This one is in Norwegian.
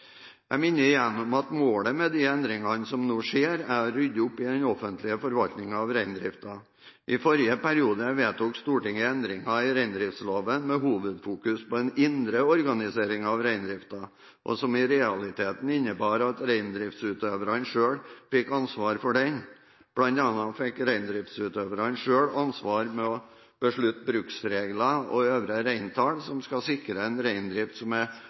Jeg minner igjen om at målet med de endringene som nå skjer, er å rydde opp i den offentlige forvaltningen av reindriften. I forrige periode vedtok Stortinget endringer i reindriftsloven – med hovedfokus på den indre organiseringen av reindriften – og som i realiteten innebar at reindriftsutøverne selv fikk ansvaret for denne organiseringen, bl.a. å beslutte bruksregler og øvre reintall, som skal sikre en reindrift som er